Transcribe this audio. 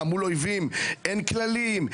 מה, מול אויבים אין כללים?